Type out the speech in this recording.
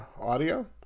audio